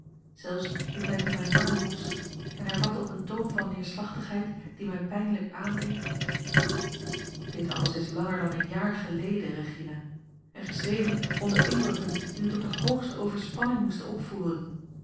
zelfs liet hij nu mijn arm los en hervatte op een toon van neerslachtigheid die mij pijnlijk aandeed dit alles is langer dan een jaar geleden regina en geschreven onder indrukken die u tot de hoogste overspanning moesten opvoeren